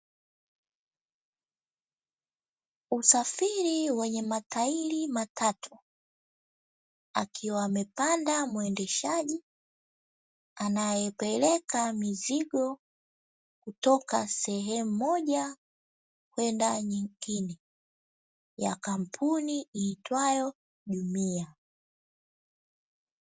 Usafiri wenye matairi matatu, akiwa amepanda muendeshaji anayepeleka mizigo kutoka sehemu moja kwenda nyingine, ya kampuni iitwayo Jumia.